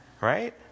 right